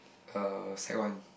uh sec one